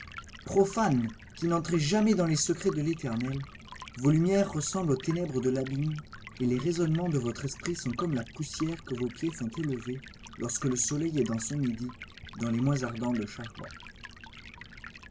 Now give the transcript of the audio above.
profanes qui n'entrez jamais dans les secrets de l'éternel vos lumières ressemblent aux ténèbres de l'abîme et les raisonnements de votre esprit sont comme la poussière que vos pieds font élever lorsque le soleil est dans son midi dans le mois ardent de